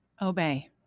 Obey